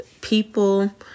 people